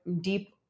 deep